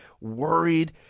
worried